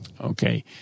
Okay